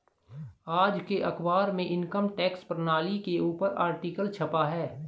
आज के अखबार में इनकम टैक्स प्रणाली के ऊपर आर्टिकल छपा है